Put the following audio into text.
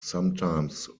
sometimes